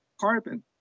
carbon